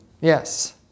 Yes